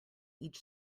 each